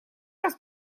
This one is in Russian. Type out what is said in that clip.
раз